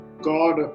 God